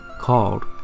called